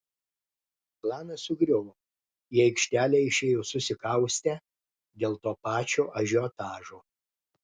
planas sugriuvo į aikštelę išėjo susikaustę dėl to pačio ažiotažo